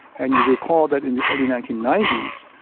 and you recall that in the early nineteen ninety s,